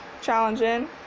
challenging